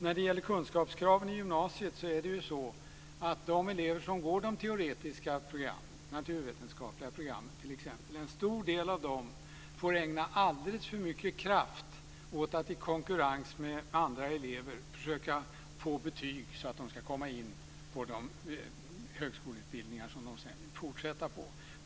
När det gäller kunskapskraven i gymnasiet får en stor del av de elever som går de teoretiska programmen, t.ex. naturvetenskapliga programmet, ägna alldeles för mycket kraft åt att i konkurrens med andra elever försöka få betyg så att de ska komma in på de högskoleutbildningar som de sedan vill fortsätta på.